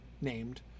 named